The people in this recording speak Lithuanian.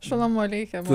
šolomo aleichemo